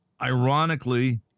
ironically